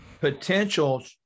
potential